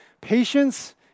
patience